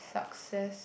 success